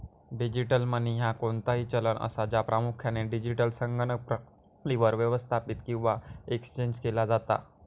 digital money ह्या कोणताही चलन असा, ज्या प्रामुख्यान डिजिटल संगणक प्रणालीवर व्यवस्थापित किंवा एक्सचेंज केला जाता